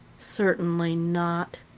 certainly not.